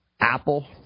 Apple